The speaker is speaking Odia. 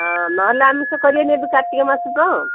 ହଁ ନହେଲେ ଆମିଷ କରିବାନି ଏବେ କାର୍ତ୍ତିକ ମାସ ତ